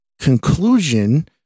conclusion